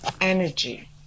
energy